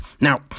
now